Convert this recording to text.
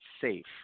safe